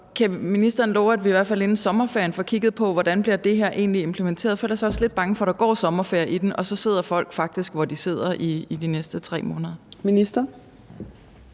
kan ministeren love, at vi i hvert fald inden sommerferien får kigget på, hvordan det her egentlig bliver implementeret? For ellers er jeg også lidt bange for, at der går sommerferie i den, og så sidder folk faktisk, hvor de sidder, i de næste 3 måneder. Kl.